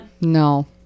no